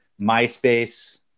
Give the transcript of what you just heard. MySpace